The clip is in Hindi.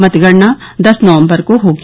मतगणना दस नवम्बर को होगी